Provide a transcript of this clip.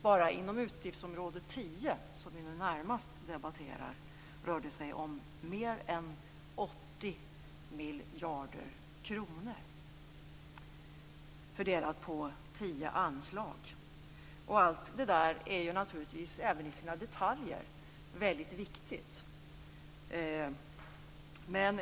Bara inom utgiftsområde 10, som vi nu närmast debatterar, rör det sig om mer än 80 miljarder kronor fördelat på tio anslag. Allt det där är naturligtvis även i sina detaljer väldigt viktigt.